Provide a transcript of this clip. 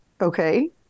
okay